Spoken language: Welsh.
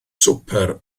swper